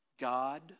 God